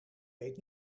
weet